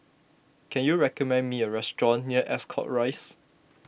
can you recommend me a restaurant near Ascot Rise